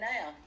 now